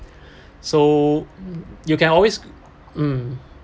so mm you can always um